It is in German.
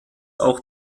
auch